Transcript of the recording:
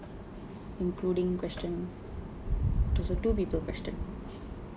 including question it was a two people question